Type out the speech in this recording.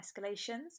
escalations